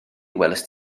welaist